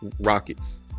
Rockets